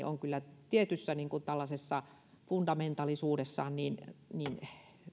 on kyllä tällaisessa tietyssä fundamentaalisuudessaan niin niin